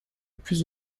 plus